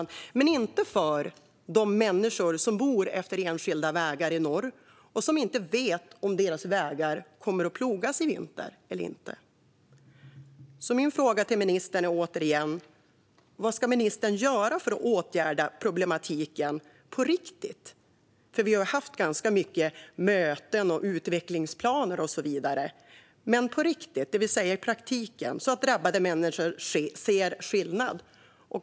Men det är inte gynnsamt för de människor som bor utefter enskilda vägar i norr och som inte vet om deras vägar kommer att plogas i vinter eller inte. Vi har ju haft ganska många möten, utvecklingsplaner och så vidare. Min fråga till ministern är därför: Vad ska ministern göra för att åtgärda problematiken så att drabbade människor ser skillnad i praktiken?